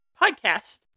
podcast